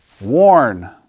Warn